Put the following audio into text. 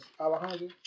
Alejandro